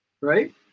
Right